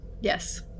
Yes